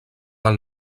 del